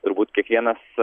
turbūt kiekvienas